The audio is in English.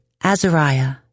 Azariah